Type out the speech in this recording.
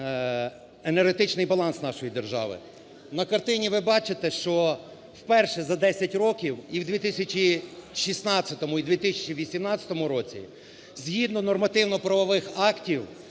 енергетичний баланс нашої держави. На картині ви бачите, що вперше за 10 років, і в 2016, і в 2018 році, згідно нормативно-правових актів